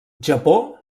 japó